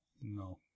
No